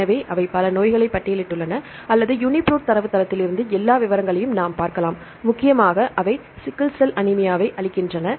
எனவே அவை பல நோய்களை பட்டியலிட்டுள்ளன அல்லது யூனிபிரோட் தரவுத்தளத்திலிருந்து எல்லா விவரங்களையும் நாம் பார்க்கலாம் முக்கியமாக அவை சிக்கல் செல் அனீமியாவை அளிக்கின்றன